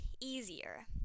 easier